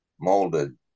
molded